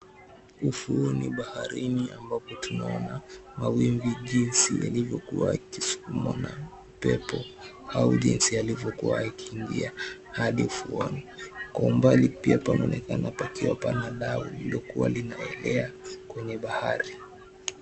Ufuoni baharini, ambapo tunaona mawimbi jinsi yalivyokuwa yakisukumwa na upepo au jinsi yalivyokuwa yakiingia hadi ufuoni. Kwa umbali pia panaonekana pakiwa pana dau lililokuwa linaelea kwenye bahari.